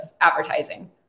advertising